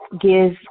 give